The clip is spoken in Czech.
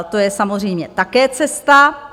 To je samozřejmě také cesta.